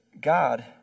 God